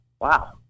Wow